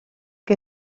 que